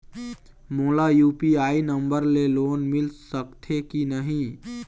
मोला UPI number ले loan मिल सकथे कि नहीं?